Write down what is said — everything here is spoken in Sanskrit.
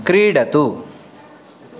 क्रीडतु